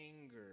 anger